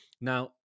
Now